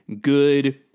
good